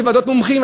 ועדות מומחים,